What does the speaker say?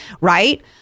Right